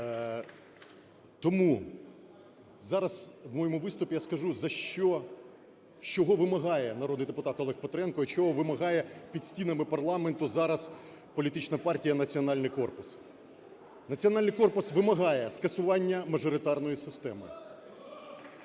Тому зараз в моєму виступі я скажу за що, чого вимагає народний депутат Олег Петренко і чого вимагає під стінами парламенту зараз політична партія "Національний корпус". "Національний корпус" вимагає скасування мажоритарної системи.